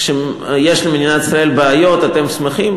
כשיש למדינת ישראל בעיות, אתם שמחים.